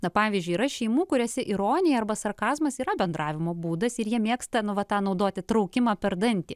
na pavyzdžiui yra šeimų kuriose ironija arba sarkazmas yra bendravimo būdas ir jie mėgsta nu vat tą naudoti traukimą per dantį